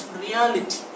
reality